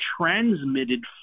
transmitted